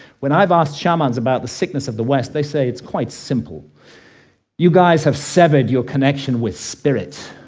when i've asked shamans about the sickness of the west, they say it's quite simple you guys have severed your connection with spirit.